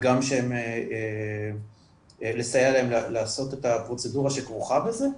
וגם לסייע להם לעשות את הפרוצדורה שכרוכה בזה.